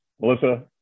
Melissa